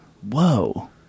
Whoa